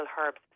herbs